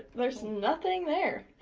there's nothing there.